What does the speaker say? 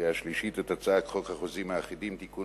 לקריאה שלישית את הצעת חוק החוזים האחידים (תיקון